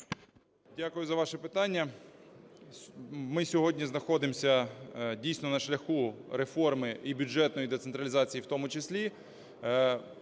Дякую за ваше питання. Ми сьогодні знаходимося дійсно на шляху реформи і бюджетної децентралізації в тому числі.